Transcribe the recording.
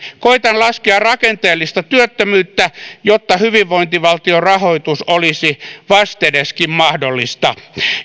koetan laskea rakenteellista työttömyyttä jotta hyvinvointivaltion rahoitus olisi vastedeskin mahdollista